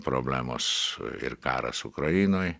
problemos ir karas ukrainoj